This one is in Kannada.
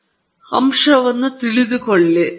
ಆದ್ದರಿಂದ ದಯವಿಟ್ಟು ಮನಸ್ಸಿನಲ್ಲಿಟ್ಟುಕೊಳ್ಳಿ